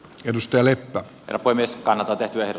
tiedusteli poimiis kannata tehdä